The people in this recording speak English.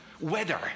Weather